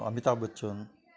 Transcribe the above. Amitabh Bachchan